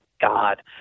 God